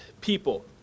people